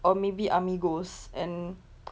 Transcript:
or maybe amigos and